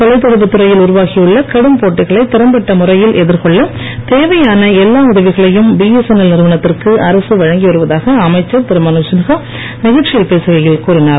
தொலைத் தொடர்பு துறையில் உருவாகியுள்ள கடும் போட்டிகளை திறம் பட்ட முறையில்எதிர் கொள்ள தேவையான எல்லா உதவிகளையும் பிஎஸ்என்எல் நிறுவனத்திற்கு அரசு வழங்கி வருவதாக அமைச்சர் திரு மனோஜ் சின்ஹா நிகழ்ச்சியில் பேசுகையில் கூறினார்